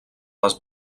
les